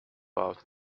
out